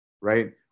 right